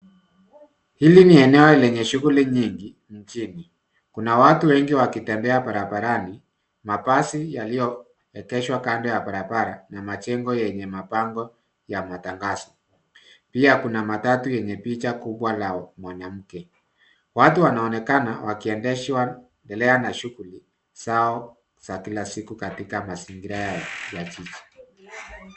Hili ni eneo lenye shughuli nyingi mjini. Kuna watu wengi wakitembea barabarani, mabasi yaliyoegeshwa kando ya barabara na majengo yenye mabango ya matangazo. Pia kuna matatu yenye picha kubwa la mwanamke. Watu wanaonekana wakiendelea na shughuli zao za kila siku katika mazingira ya jiji.